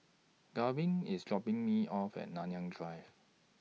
Garvin IS dropping Me off At Nanyang Drive